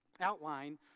outline